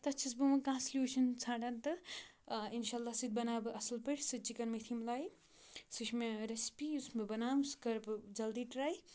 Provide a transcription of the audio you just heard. تَتھ چھَس بہٕ وۄنۍ کانٛہہ سٔلوٗشَن ژھانٛڈان تہٕ اِنشاء اللہ سُہ تہِ بَناو بہٕ اَصٕل پٲٹھۍ سُہ چِکَن میتھی ملایی سُہ چھِ مےٚ ریسِپی یُس بہٕ بَناو سُہ کَرٕ بہٕ جلدی ٹرٛاے